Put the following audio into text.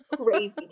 crazy